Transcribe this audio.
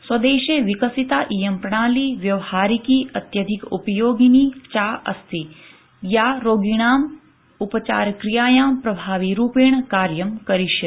स्वदेशे विकसिता इयं प्रणाली व्यावहारिकी अत्यधिक उपयोगिनी चास्ति या कोविड रोगिणाम् उपचारक्रियायाम् प्रभाविरूपेण कार्यम् करिष्यति